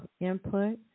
input